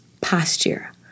posture